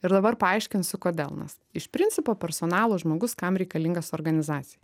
ir dabar paaiškinsiu kodėl mes iš principo personalo žmogus kam reikalingas organizacijai